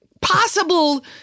possible